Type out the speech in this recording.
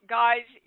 guys